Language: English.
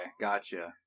gotcha